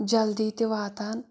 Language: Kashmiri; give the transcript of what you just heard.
جلدی تہِ واتان